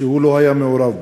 שהוא לא היה מעורב בו.